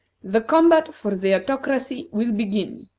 the combat for the autocracy will begin!